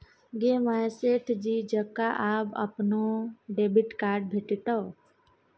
गे माय सेठ जी जकां आब अपनो डेबिट कार्ड भेटितौ